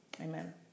Amen